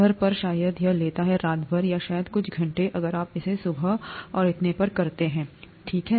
घर पर शायद यह लेता है रात भर या शायद कुछ घंटे अगर आप इसे सुबह और इतने पर करते हैं तो ठीक है